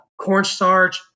cornstarch